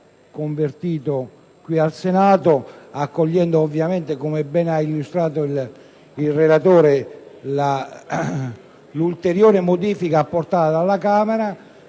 convertito qui al Senato, accogliendo, come ha ben illustrato il relatore, l'ulteriore modifica apportata dalla Camera.